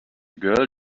girl